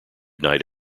knight